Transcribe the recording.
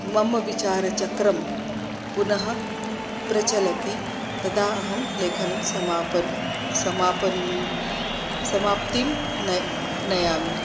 मम विचारचक्रं पुनः प्रचलति तदा अहं लेखनं समापन् समापयामि समाप्तिं न नयामि